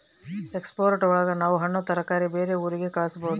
export ಒಳಗ ನಾವ್ ಹಣ್ಣು ತರಕಾರಿ ಬೇರೆ ಊರಿಗೆ ಕಳಸ್ಬೋದು